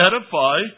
edify